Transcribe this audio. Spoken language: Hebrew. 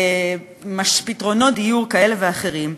פתרונות דיור כאלה ואחרים,